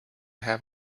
have